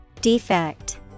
Defect